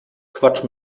quatsch